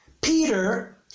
Peter